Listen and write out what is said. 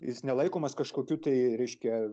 jis nelaikomas kažkokiu tai reiškia